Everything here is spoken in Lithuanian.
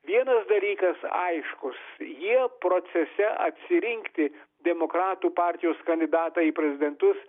vienas dalykas aiškus jie procese atsirinkti demokratų partijos kandidatą į prezidentus